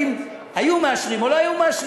אם היו מאשרים או לא היו מאשרים,